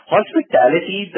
Hospitality